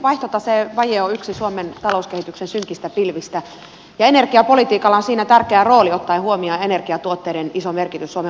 vaihtotaseen vaje on yksi suomen talouskehityksen synkistä pilvistä ja energiapolitiikalla on siinä tärkeä rooli ottaen huomioon energiatuotteiden iso merkitys suomen ulkomaankaupassa